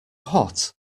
hot